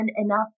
enough